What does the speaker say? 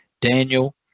Daniel